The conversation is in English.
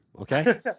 Okay